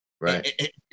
Right